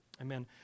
Amen